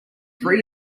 three